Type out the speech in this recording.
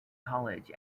college